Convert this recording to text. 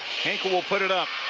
hinkel will put it up.